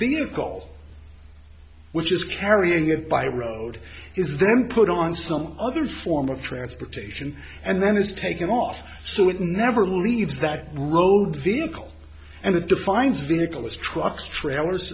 vehicle which is carrying it by road then put on some other form of transportation and then it's taken off so it never leaves that road vehicle and it defines vehicle as trucks trailers